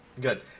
good